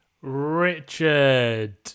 Richard